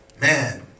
man